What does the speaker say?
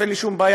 אין לי שום בעיה.